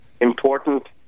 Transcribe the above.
important